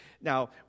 Now